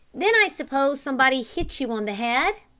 then i suppose somebody hit you on the head?